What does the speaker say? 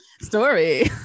story